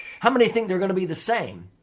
how many think they're going to be the same?